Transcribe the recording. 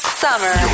summer